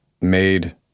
made